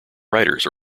writers